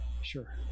sure